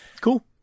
Cool